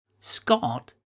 Scott